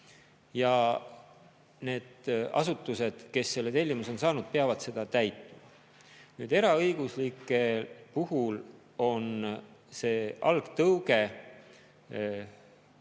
Ja need asutused, kes selle tellimuse on saanud, peavad seda täitma. Nüüd, eraõiguslike [tegijate] puhul on see algtõuge